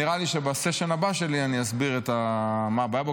נראה לי שבסשן הבא שלי אסביר מה הבעיה פה,